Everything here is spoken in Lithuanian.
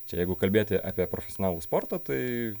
čia jeigu kalbėti apie profesionalų sportą tai